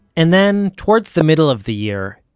and then, towards the middle of the year,